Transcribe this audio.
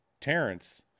Terrence